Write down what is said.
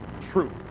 truth